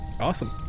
awesome